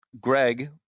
Greg